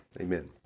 Amen